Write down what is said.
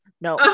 no